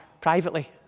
privately